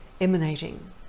emanating